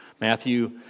Matthew